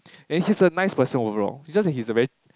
and he's a nice person overall it's just that he's a very